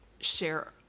share